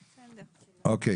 אם כן,